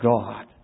God